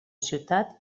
ciutat